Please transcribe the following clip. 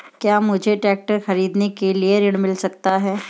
क्या मुझे ट्रैक्टर खरीदने के लिए ऋण मिल सकता है?